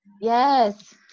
Yes